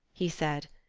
he said.